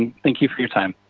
thank you for your time.